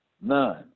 none